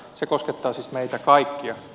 se koskettaa siis meitä kaikkia